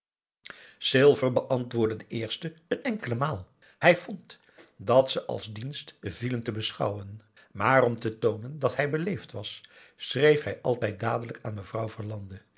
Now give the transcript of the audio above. silver beantwoordde de eerste een enkele maal hij vond dat ze als dienst vielen te beschouwen maar om te toonen dat hij beleefd was schreef hij altijd dadelijk aan mevrouw verlande